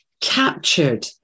captured